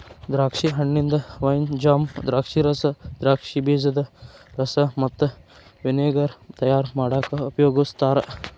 ದ್ರಾಕ್ಷಿ ಹಣ್ಣಿಂದ wine, jam, ದ್ರಾಕ್ಷಿರಸ, ದ್ರಾಕ್ಷಿ ಬೇಜದ ರಸ ಮತ್ತ ವಿನೆಗರ್ ತಯಾರ್ ಮಾಡಾಕ ಉಪಯೋಗಸ್ತಾರ